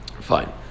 Fine